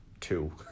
Two